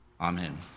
Amen